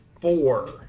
four